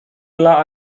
dla